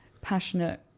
passionate